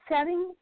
setting